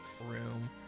room